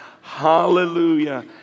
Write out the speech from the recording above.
hallelujah